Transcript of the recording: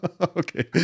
Okay